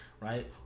right